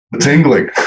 tingling